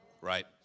right